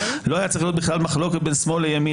לא הייתה צריכה להיות מחלוקת בכלל בין שמאל לימין,